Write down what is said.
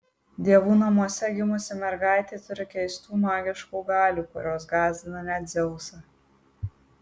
dievų namuose gimusi mergaitė turi keistų magiškų galių kurios gąsdina net dzeusą